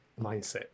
mindset